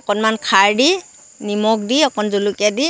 অকণমান খাৰ দি নিমখ দি অকণ জলকীয়া দি